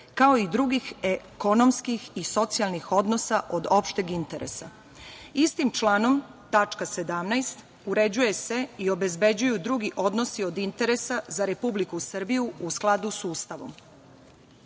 kao i drugih ekonomskih i socijalnih odnosa od opšteg interesa. Istim članom, tačka 17, uređuju se i obezbeđuju drugi odnosi od interesa za Republiku Srbiju, u skladu sa